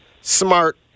Smart